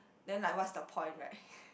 then like what's the point right